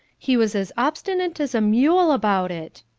he was as obstinate as a mule about it!